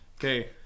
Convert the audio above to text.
Okay